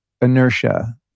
inertia